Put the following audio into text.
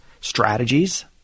strategies